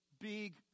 big